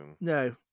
No